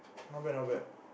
not bad not bad